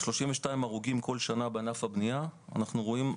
32 הרוגים בכל שנה בענף הבנייה אנחנו רואים ירידה,